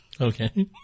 Okay